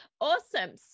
Awesome